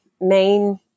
main